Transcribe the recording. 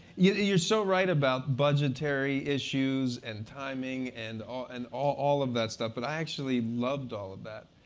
you're so right about budgetary issues and timing and ah and all all of that stuff. but i actually loved all of that.